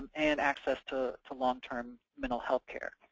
and access to to long-term mental health care.